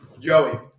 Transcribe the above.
Joey